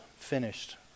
finished